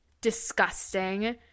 Disgusting